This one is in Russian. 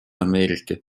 америки